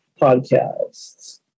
podcasts